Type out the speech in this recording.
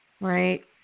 right